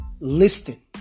Listen